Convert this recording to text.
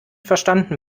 verstanden